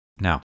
Now